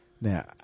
Now